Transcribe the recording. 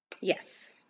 Yes